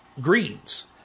greens